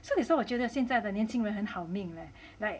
so that's why 我觉得现在的年轻人很好命 leh like